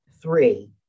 Three